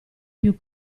più